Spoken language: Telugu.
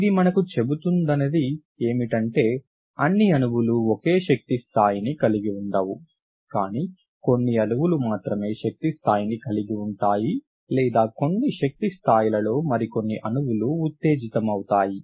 ఇది మనకు చెబుతుందినది ఏమిటంటే అన్ని అణువులు ఒకే శక్తి స్థాయిని కలిగి ఉండవు కానీ కొన్ని అణువులు మాత్రమే శక్తి స్థాయిని కలిగి ఉంటాయి లేదా కొన్ని శక్తి స్థాయిలలో మరికొన్ని అణువులు ఉత్తేజితమవుతాయి